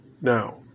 Now